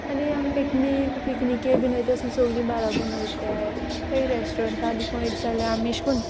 आनी आम पिकनीक पिकनीके बीन ओयत आसतोना सोगलीं बाराबोन ओयताय हूंय रेस्टॉरंटां देखूं ओयत जाल्यार आमी अेश कोन्न